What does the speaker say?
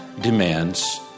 demands